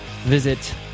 visit